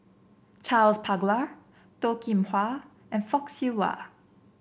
Charles Paglar Toh Kim Hwa and Fock Siew Wah